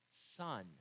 son